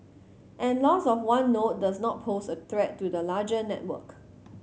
and loss of one node does not pose a threat to the larger network